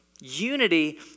Unity